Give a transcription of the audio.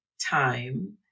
time